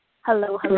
hello